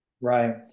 Right